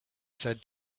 said